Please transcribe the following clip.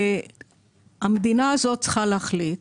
המדינה צריכה להחליט,